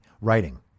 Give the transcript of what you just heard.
writing